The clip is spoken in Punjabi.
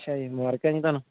ਅੱਛਾ ਜੀ ਮੁਬਾਰਕਾਂ ਜੀ ਤੁਹਾਨੂੰ